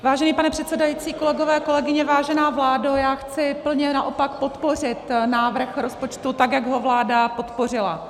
Vážený pane předsedající, kolegové, kolegyně, vážená vládo, Já chci plně naopak podpořit návrh rozpočtu, tak jak ho vláda podpořila.